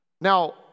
Now